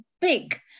big